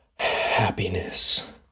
Happiness